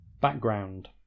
Background